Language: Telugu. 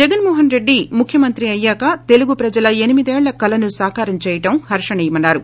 జగన్ మోహన్ రెడ్డి ముర్ఖ్యమంత్రి అయ్యాక తెలుగు ప్రజల ఎనిమిది యేళ్ల కలను సాకారం చేయడం హర్షనీయమని అన్నారు